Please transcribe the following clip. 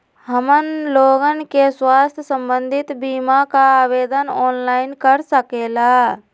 हमन लोगन के स्वास्थ्य संबंधित बिमा का आवेदन ऑनलाइन कर सकेला?